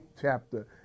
chapter